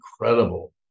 incredible